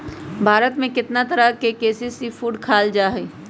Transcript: भारत में कितना तरह के सी फूड खाल जा हई